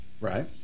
Right